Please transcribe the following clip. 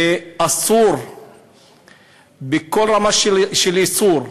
ואסור בכל רמה של איסור,